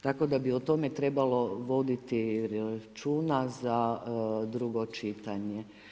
Tako da bi o tome trebalo voditi računa za drugo čitanje.